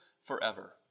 forever